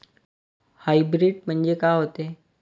Hybrid म्हनजे का होते?